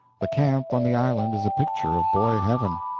the camp on the island is a picture of boy heaven.